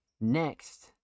next